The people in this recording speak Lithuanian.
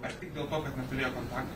ar tik dėl to kad neturėjo kontakto